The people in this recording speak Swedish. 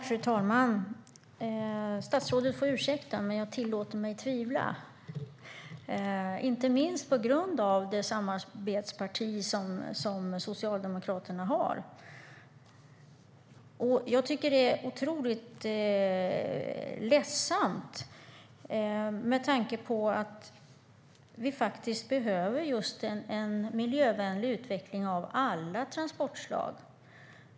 Fru talman! Statsrådet får ursäkta, men jag tillåter mig att tvivla, inte minst på grund av det samarbetsparti som Socialdemokraterna har. Det är ledsamt med tanke på att vi behöver en miljövänlig utveckling av alla transportslag.